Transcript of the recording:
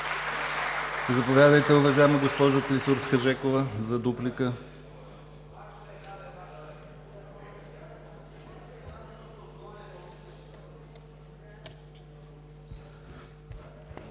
Заповядайте, уважаема госпожо Клисурска-Жекова, за дуплика.